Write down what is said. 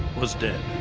was dead,